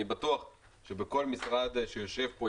אני בטוח שבכל משרד שיושב פה,